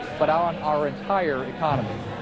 but on our entire economy.